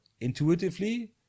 intuitively